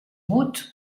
route